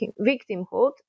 victimhood